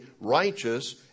righteous